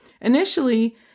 Initially